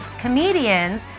comedians